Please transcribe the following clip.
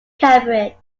cambridge